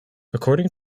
according